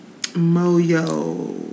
Moyo